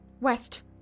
West